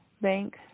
bank